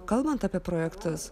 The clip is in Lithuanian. kalbant apie projektus